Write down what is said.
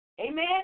Amen